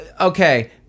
Okay